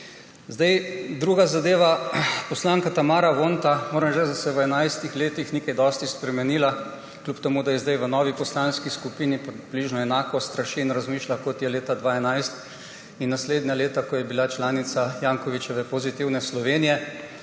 Druga zadeva. Poslanka Tamara Vonta, moram reči, da se v 11 letih ni kaj dosti spremenila, kljub temu da je zdaj v novi poslanski skupini, približno enako straši in razmišlja, kot je leta 2011 in naslednja leta, ko je bila članica Jankovićeve Pozitivne Slovenije.